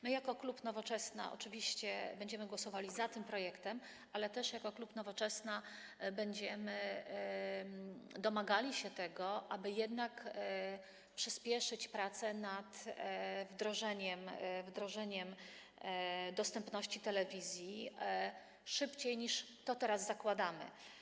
My jako klub Nowoczesna oczywiście będziemy głosowali za tym projektem, ale też jako klub Nowoczesna będziemy domagali się tego, aby jednak przyspieszyć prace nad wdrożeniem dostępności telewizji szybciej, niż to teraz zakładamy.